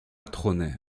trônait